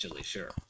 sure